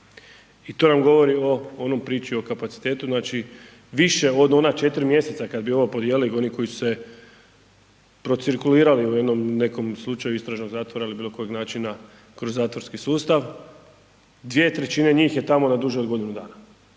I to nam govori o onoj priči o kapacitetu, znači više od ona 4 mjeseca kad bi ovo podijelili oni koji su se procirkulirali u jednom nekom slučaju istražnog zatvora ili bilo kojeg načina kroz zatvorski sustav. 2/3 njih je tamo na duže od godinu dana.